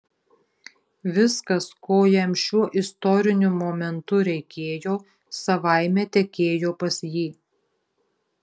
viskas ko jam šiuo istoriniu momentu reikėjo savaime tekėjo pas jį